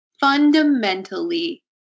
fundamentally